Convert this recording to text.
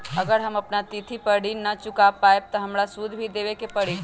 अगर हम अपना तिथि पर ऋण न चुका पायेबे त हमरा सूद भी देबे के परि?